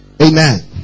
Amen